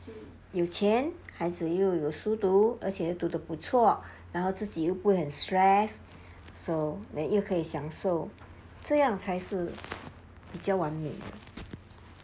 有钱孩子又有书读而且又读的不错然后自己又不会很 stress so then 又可以享受这样才是比较完美的